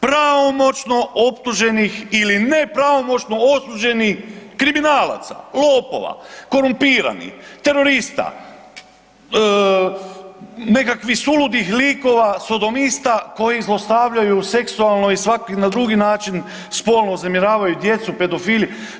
Pravomoćno optuženih ili nepravomoćno osuđenih kriminalaca, lopova, korumpiranih, terorista, nekakvih suludih likova, sotonista koji zlostavljaju seksualno i na drugi način spolno uznemiravaju djecu pedofili.